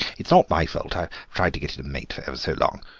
it's not my fault i've tried to get it a mate for ever so long.